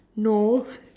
no